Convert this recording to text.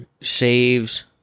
Saves